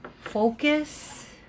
Focus